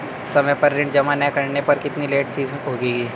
समय पर ऋण जमा न करने पर कितनी लेट फीस लगेगी?